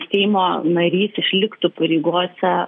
seimo narys išliktų pareigose